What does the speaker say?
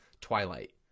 Twilight